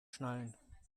schnallen